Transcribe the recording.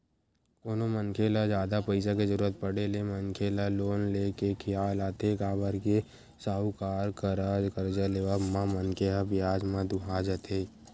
कोनो मनखे ल जादा पइसा के जरुरत पड़े ले मनखे ल लोन ले के खियाल आथे काबर के साहूकार करा करजा लेवब म मनखे ह बियाज म दूहा जथे